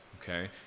okay